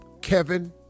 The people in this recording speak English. Kevin